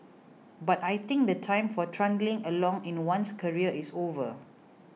but I think the time for trundling along in one's career is over